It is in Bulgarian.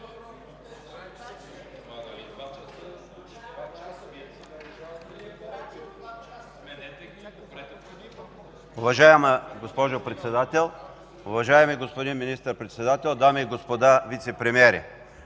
Уважаема госпожо Председател, уважаеми господин Министър-председател, дами и господа вицепремиери!